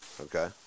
Okay